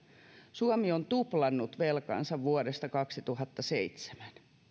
suomi on tuplannut velkansa vuodesta kaksituhattaseitsemän